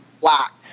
black